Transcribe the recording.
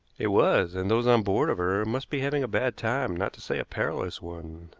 it was, and those on board of her must be having a bad time, not to say a perilous one.